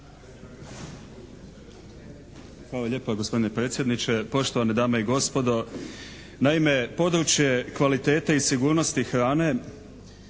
Hvala lijepa gospodine predsjedniče. Poštovane dame i gospodo, naime područje kvalitete i sigurnosti hrane